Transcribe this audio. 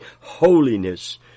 holiness